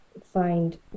find